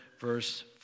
verse